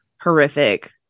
horrific